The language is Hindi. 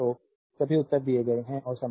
तो सभी उत्तर दिए गए हैं और समस्या 4